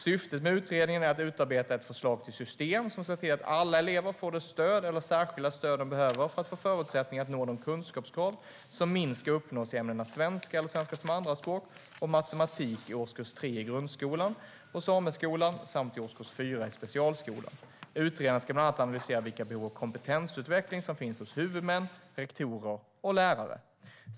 Syftet med utredningen är att utarbeta ett förslag till system som ser till att alla elever får det stöd eller särskilda stöd de behöver för att få förutsättningar att nå de kunskapskrav som minst ska uppnås i ämnena svenska eller svenska som andraspråk och matematik i årskurs 3 i grundskolan och sameskolan samt i årskurs 4 i specialskolan. Utredaren ska bland annat analysera vilka behov av kompetensutveckling som finns hos huvudmän, rektorer och lärare.